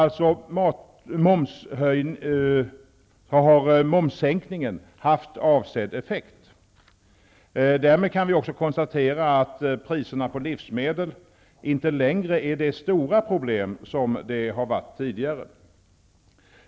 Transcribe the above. Vi kan därmed också konstatera att priserna på livsmedel inte längre är det stora problem som det har varit tidigare.